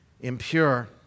impure